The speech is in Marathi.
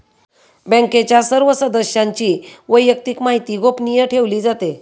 बँकेच्या सर्व सदस्यांची वैयक्तिक माहिती गोपनीय ठेवली जाते